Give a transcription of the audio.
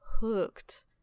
hooked